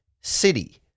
city